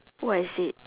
oh I see